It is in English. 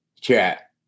chat